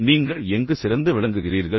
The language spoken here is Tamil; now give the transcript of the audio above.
எனவே நீங்கள் எங்கு சிறந்து விளங்குகிறீர்கள்